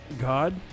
god